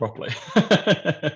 properly